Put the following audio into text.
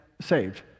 saved